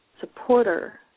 supporter